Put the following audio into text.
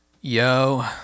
yo